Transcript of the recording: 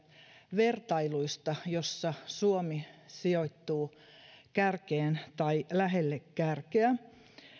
vertailuista joissa suomi sijoittuu kärkeen tai lähelle kärkeä